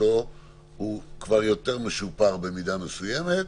הוא כבר יותר משופר במידה מסוימת.